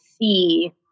see